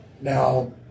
Now